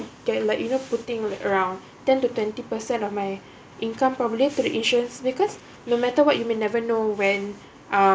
get like you know putting like around ten to twenty percent of my income probably to the insurance because no matter what you may never know when uh